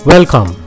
Welcome